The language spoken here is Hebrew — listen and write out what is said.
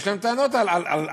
יש להם טענות על המפקחים.